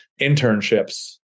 internships